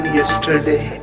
yesterday